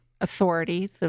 authority